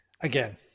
again